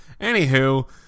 Anywho